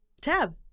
tab